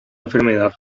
enfermedad